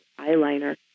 eyeliner